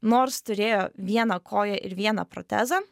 nors turėjo vieną koją ir vieną protezą